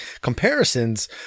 comparisons